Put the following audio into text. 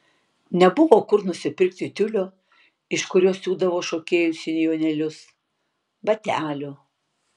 nebuvo kur nusipirkti tiulio iš kurio siūdavo šokėjų sijonėlius batelių